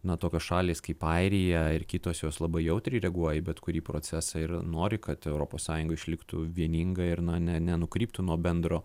na tokios šalys kaip airija ir kitos jos labai jautriai reaguoja į bet kurį procesą ir nori kad europos sąjunga išliktų vieninga ir na ne nenukryptų nuo bendro